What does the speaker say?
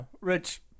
rich